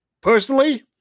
Personally